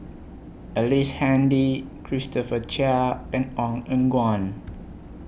Ellice Handy Christopher Chia and Ong Eng Guan